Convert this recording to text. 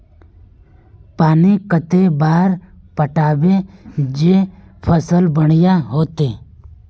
पानी कते बार पटाबे जे फसल बढ़िया होते?